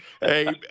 Hey